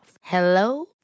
Hello